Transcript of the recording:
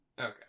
Okay